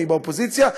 אני באופוזיציה,